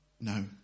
No